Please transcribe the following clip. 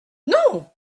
non